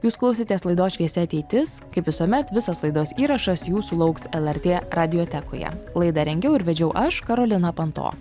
jūs klausėtės laidos šviesi ateitis kaip visuomet visas laidos įrašas jūsų lauks lrt radiotekoje laidą rengiau ir vedžiau aš karolina panto